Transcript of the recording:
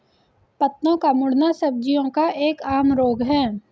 पत्तों का मुड़ना सब्जियों का एक आम रोग है